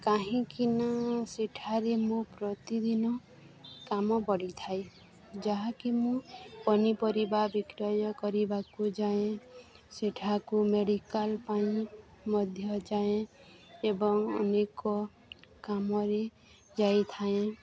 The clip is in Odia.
କାହିଁକିନା ସେଠାରେ ମୁଁ ପ୍ରତିଦିନ କାମ ପଡ଼ିଥାଏ ଯାହାକି ମୁଁ ପନିପରିବା ବିକ୍ରୟ କରିବାକୁ ଯାଏଁ ସେଠାକୁ ମେଡ଼ିକାଲ ପାଇଁ ମଧ୍ୟ ଯାଏଁ ଏବଂ ଅନେକ କାମରେ ଯାଇଥାଏଁ